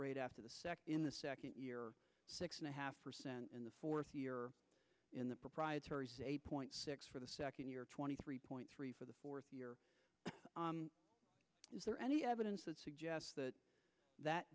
rate after the in the second year six and a half percent in the fourth year in the proprietary point six for the second year twenty three point three for the fourth year is there any evidence that suggests that that